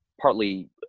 partly